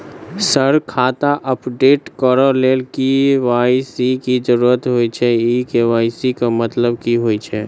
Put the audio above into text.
Sir खाता update करऽ लेल के.वाई.सी की जरुरत होइ छैय इ के.वाई.सी केँ मतलब की होइ छैय?